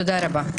תודה רבה.